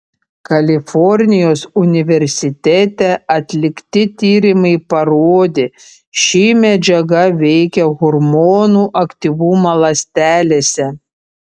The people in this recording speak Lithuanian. kalifornijos universitete atlikti tyrimai parodė ši medžiaga veikia hormonų aktyvumą ląstelėse